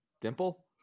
Dimple